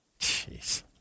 Jeez